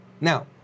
Now